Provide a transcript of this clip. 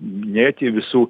minėti visų